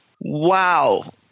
Wow